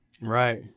Right